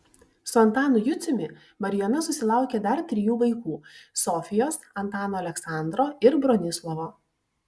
su antanu juciumi marijona susilaukė dar trijų vaikų sofijos antano aleksandro ir bronislovo